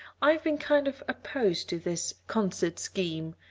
i've been kind of opposed to this concert scheme,